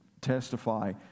testify